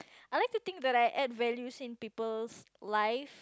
I like to think that I add values in people's life